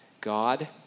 God